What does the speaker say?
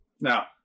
Now